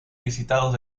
visitados